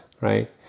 right